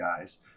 guys